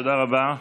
תודה רבה.